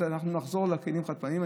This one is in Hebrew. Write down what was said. אז נחזור לכלים רב-פעמיים.